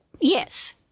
yes